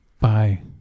Bye